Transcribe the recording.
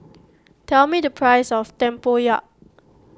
tell me the price of Tempoyak